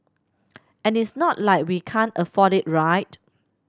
and it's not like we can't afford it right